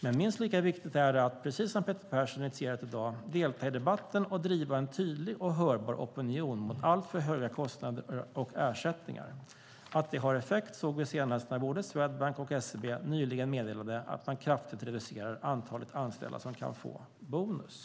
Men minst lika viktigt är det att, precis som Peter Persson initierat i dag, delta i debatten och driva en tydlig och hörbar opinion mot alltför höga kostnader och ersättningar. Att det har effekt såg vi senast när både Swedbank och SEB nyligen meddelade att man kraftigt reducerar antalet anställda som kan få bonus.